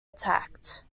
attacked